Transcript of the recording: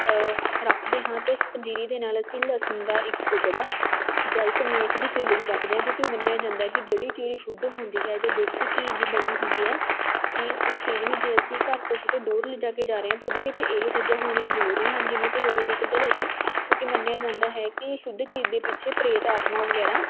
ਰੱਖਦੇ ਹਾਂ ਤਾਂ ਉਸ ਪੰਜੀਰੀ ਦੇ ਨਾਲ ਅਸੀਂ ਲਸਣ ਦਾ ਇੱਕ ਟੁਕੜਾ ਜਾਂ ਇੱਕ ਮੇਖ ਦੀ ਕਿੱਲ ਵੀ ਰੱਖਦੇ ਹਾਂ ਕਿਉਂਕਿ ਮੰਨਿਆ ਜਾਂਦਾ ਕਿ ਜਿਹੜੀ ਚੀਜ਼ ਸ਼ੁੱਧ ਹੁੰਦੀ ਹੈ ਜਾਂ ਦੇਸੀ ਘੀ ਦੀ ਬਣੀ ਹੁੰਦੀ ਹੈ ਕਿ ਉਸ ਚੀਜ਼ ਨੂੰ ਜੇ ਅਸੀਂ ਘਰ ਤੋਂ ਕਿਤੇ ਦੂਰ ਲਿਜਾ ਕੇ ਜਾ ਰਹੇ ਹਾਂ ਤਾਂ ਉਹਦੇ ਵਿੱਚ ਇਹ ਚੀਜ਼ਾਂ ਹੋਣੀਆਂ ਜ਼ਰੂਰੀ ਹਨ ਜਿਵੇਂ ਕਿ ਲੋਹੇ ਦੀ ਕਿੱਲ ਅਤੇ ਲਸਣ ਕਿਉਂਕਿ ਮੰਨਿਆ ਜਾਂਦਾ ਹੈ ਕਿ ਸ਼ੁੱਧ ਚੀਜ਼ ਦੇ ਪਿੱਛੇ ਪ੍ਰੇਤ ਆਤਮਾ ਵਗੈਰਾ